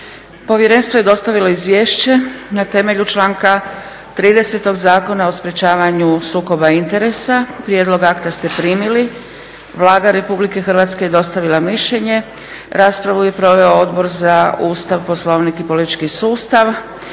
Povjerenstvo je dostavilo izvješće na temelju članka 30. Zakona o sprječavanju sukoba interesa. Prijedlog akta ste primili. Vlada Republike Hrvatske je dostavila mišljenje. Raspravu je proveo Odbor za Ustav, Poslovnik i politički sustav